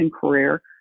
career